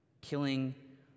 killing